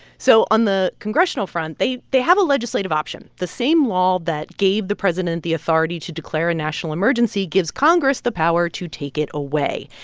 so on the congressional front, they they have a legislative option. the same law that gave the president the authority to declare a national emergency gives congress the power to take it away.